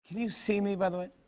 can you see me by the way?